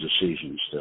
decisions